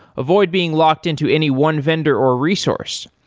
avoid being locked-in to any one vendor or resource.